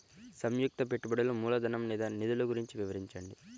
సంయుక్త పెట్టుబడులు మూలధనం లేదా నిధులు గురించి వివరించండి?